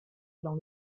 dans